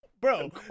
Bro